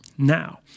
Now